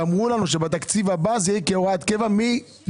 ואמרו לנו שבתקציב הבא זה יהיה כהוראת קבע מגיל